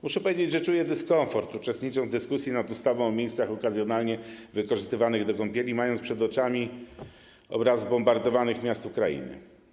Muszę powiedzieć, że czuję dyskomfort, uczestnicząc w dyskusji nad ustawą o miejscach okazjonalnie wykorzystywanych do kąpieli, mając przed oczami obraz zbombardowanych miast Ukrainy.